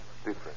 different